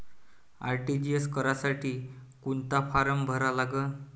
RTGS करासाठी कोंता form भरा लागन?